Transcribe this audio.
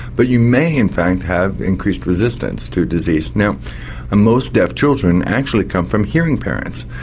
but you may in fact have increased resistance to disease. now most deaf children actually come from hearing parents,